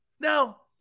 Now